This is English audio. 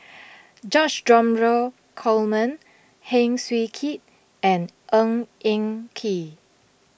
George Dromgold Coleman Heng Swee Keat and Ng Eng Kee